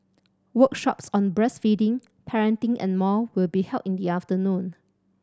workshops on breastfeeding parenting and more will be held in the afternoon